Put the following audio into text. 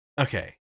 okay